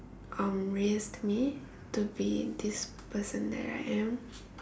um raised me to be this person that I am